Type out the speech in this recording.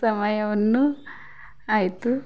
ಸಮಯವನ್ನು ಆಯಿತು